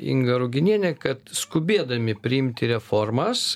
inga ruginienė kad skubėdami priimti reformas